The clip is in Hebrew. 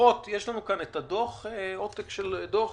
יש לנו עותק של הדוח?